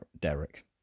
Derek